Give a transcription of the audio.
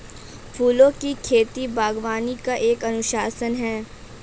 फूलों की खेती, बागवानी का एक अनुशासन है